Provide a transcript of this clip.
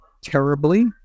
terribly